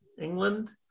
England